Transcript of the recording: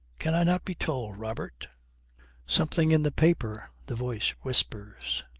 can i not be told, robert something in the paper the voice whispers.